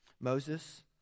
Moses